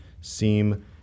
seem